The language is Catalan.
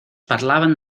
parlaven